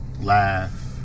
laugh